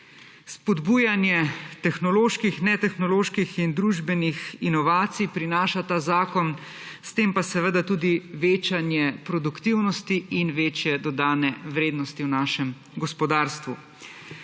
Spodbujanje tehnoloških, netehnoloških in družbenih inovacij prinaša ta zakon, s tem pa seveda tudi večanje produktivnosti in večje dodane vrednosti v našem gospodarstvu.